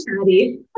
chatty